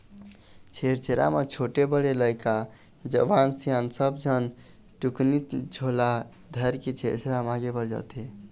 छेरछेरा म छोटे, बड़े लइका, जवान, सियान सब झन टुकनी झोला धरके छेरछेरा मांगे बर जाथें